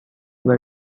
were